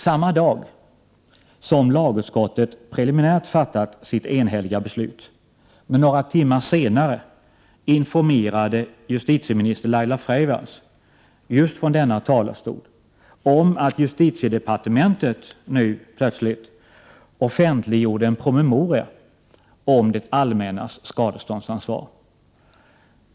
Samma dag som lagutskottet preliminärt fattat sitt enhälliga beslut, men några timmar senare, informerade justitieminister Laila Freivalds från denna talarstol om att justitiedepartementet nu plötsligt offentliggjorde en promemoria om det allmännas skadeståndsansvar.